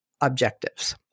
objectives